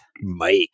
Mike